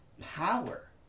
power